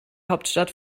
hauptstadt